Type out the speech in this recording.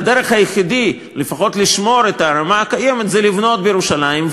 הדרך היחידה לפחות לשמור את הרמה הקיימת היא לבנות בירושלים.